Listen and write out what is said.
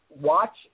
watch